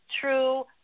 true